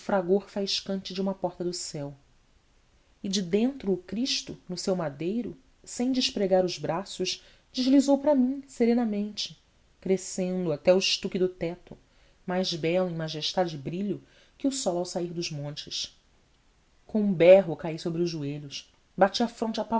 fragor faiscante de uma porta do céu e de dentro o cristo no seu madeiro sem despregar os braços deslizou para mim serenamente crescendo até ao estuque do teto mais belo em majestade e brilho que o sol ao sair dos montes com um berro caí sobre os joelhos bati a fronte